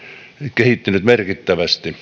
kehittynyt merkittävästi